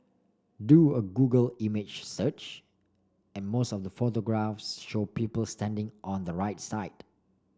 do a Google image search and most of the photographs show people standing on the right side